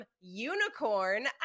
unicorn